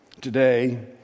Today